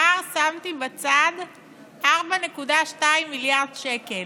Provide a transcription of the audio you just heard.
שאמר: שמתי בצד 4.2 מיליארד שקל.